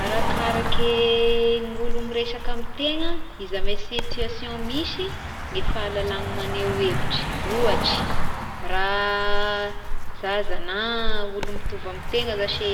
Arakaraky eh ny olo miresaka amign'ny tegna izy ame situation misy ny fahalalahagna magneho hevitry, ohatry raha zaza na olo mitovy amy tegna zashy